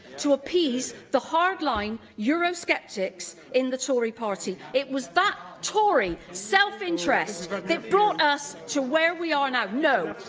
to appease the hardline eurosceptics in the tory party. it was that tory self-interest that brought us to where we are now. no.